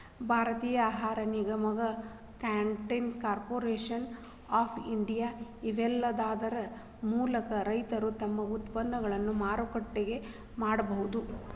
ಭಾರತೇಯ ಆಹಾರ ನಿಗಮ, ಕಾಟನ್ ಕಾರ್ಪೊರೇಷನ್ ಆಫ್ ಇಂಡಿಯಾ, ಇವೇಲ್ಲಾದರ ಮೂಲಕ ರೈತರು ತಮ್ಮ ಉತ್ಪನ್ನಗಳನ್ನ ಮಾರಾಟ ಮಾಡಬೋದು